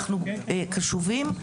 אנחנו קשובים,